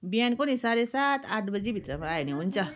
बिहानको नि साँढे सात आठ बजीभित्रमा आयो भने हुन्छ